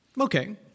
Okay